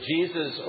Jesus